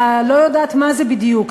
לא יודעת מה זה בדיוק,